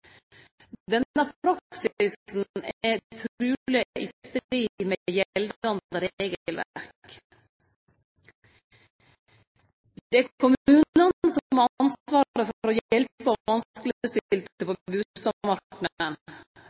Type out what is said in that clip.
Denne praksisen er truleg i strid med gjeldande regelverk. Det er kommunane som har ansvaret for å